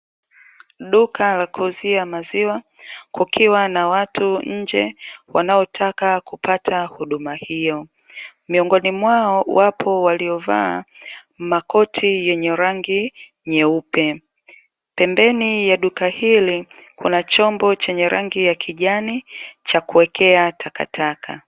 Duka la kuuzia maziwa kukiwa na watu nje wanaotaka kupata huduma hiyo. Miongoni mwao wapo waliovaa makoti yenye rangi nyeupe. Pembeni ya duka hili kuna chombo chenye rangi ya kijani cha kuwekea takataka.